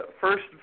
first